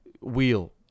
wheel